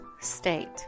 state